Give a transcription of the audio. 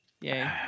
yay